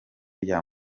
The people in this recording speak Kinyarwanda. rya